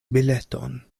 bileton